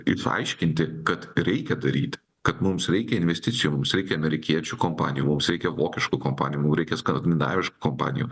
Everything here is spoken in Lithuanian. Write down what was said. išaiškinti kad reikia daryti kad mums reikia investicijų mums reikia amerikiečių kompanijų mums reikia vokiškų kompanijų mum reikia skandinaviškų kompanijų